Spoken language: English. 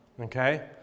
okay